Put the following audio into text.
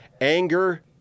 anger